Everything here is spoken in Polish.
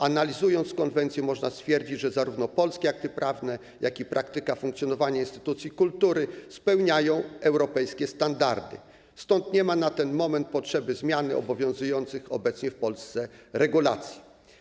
Analizując konwencję, można stwierdzić, że zarówno polskie akty prawne, jak i praktyka funkcjonowania instytucji kultury spełniają europejskie standardy, stąd nie ma na ten moment potrzeby zmiany obowiązujących obecnie w Polsce regulacji.